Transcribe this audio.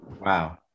Wow